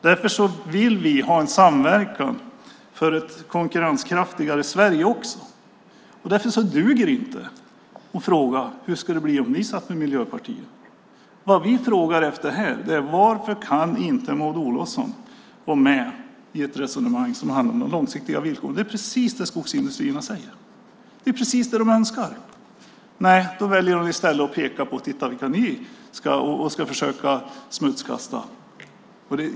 Därför vill vi ha en samverkan för ett konkurrenskraftigare Sverige. Det duger inte att fråga: Hur skulle det bli om ni satt med Miljöpartiet? Vi frågar här varför Maud Olofsson inte kan gå med i ett resonemang som handlar om de långsiktiga villkoren. Det är precis det skogsindustrierna säger. Det är precis det de önskar. Hon väljer i stället att försöka smutskasta.